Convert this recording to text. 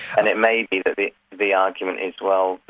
and it may be that the the argument is well,